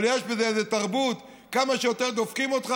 אבל יש בזה איזה תרבות: כמה שיותר דופקים אותך,